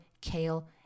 kale